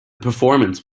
performance